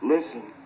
Listen